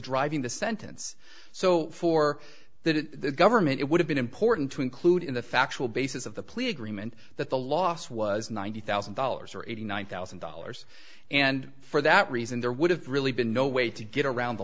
driving the sentence so for the government it would have been important to include in the factual basis of the plea agreement that the loss was ninety thousand dollars or eighty nine thousand dollars and for that reason there would have really been no way to get around the